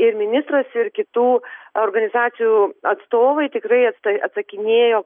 ir ministras ir kitų organizacijų atstovai tikrai atsta atsakinėjo